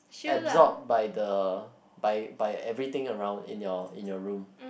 absorbed by the by by everything around in your in your room